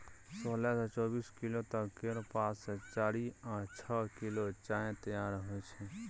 सोलह सँ चौबीस किलो तक केर पात सँ चारि सँ छअ किलो चाय तैयार होइ छै